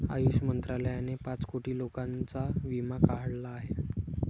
आयुष मंत्रालयाने पाच कोटी लोकांचा विमा काढला आहे